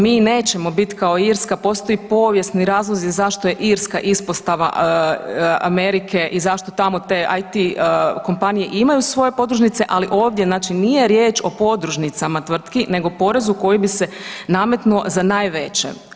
Mi nećemo biti kao Irska, postoje povijesni razlozi zašto je Irska ispostava Amerike i zašto tamo te IT kompanije imaju svoje podružnice, ali ovdje znači nije riječ o podružnicama tvrtki nego porezu koji bi se nametnuo za najveće.